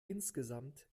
insgesamt